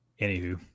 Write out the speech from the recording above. anywho